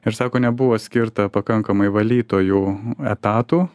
ir sako nebuvo skirta pakankamai valytojų etatų